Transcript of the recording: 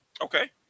Okay